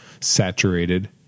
saturated